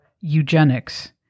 eugenics